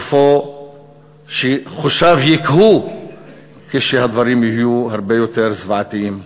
סופו שחושיו יוקהו כשהדברים יהיו הרבה יותר זוועתיים.